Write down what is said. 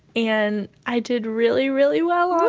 and i did really, really well on